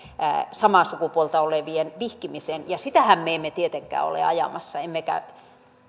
samaa sukupuolta olevien vihkimiseen ja sitähän me emme tietenkään ole ajamassa emmekä